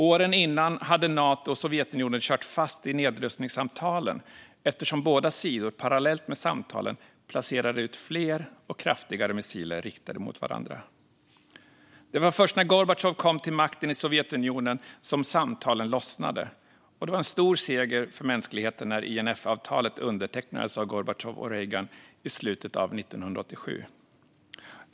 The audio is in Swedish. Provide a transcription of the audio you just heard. Åren innan hade Nato och Sovjetunionen kört fast i nedrustningssamtalen, eftersom båda sidor, parallellt med samtalen, placerade ut fler och kraftigare missiler riktade mot varandra. Det var först när Gorbatjov kom till makten i Sovjetunionen som samtalen lossnade, och det var en stor seger för mänskligheten när INF-avtalet undertecknades av Gorbatjov och Reagan i slutet av 1987.